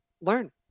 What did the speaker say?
learn